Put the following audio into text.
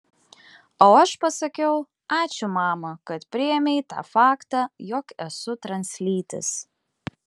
o aš pasakiau ačiū mama kad priėmei tą faktą jog esu translytis